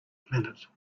planet